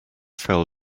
fell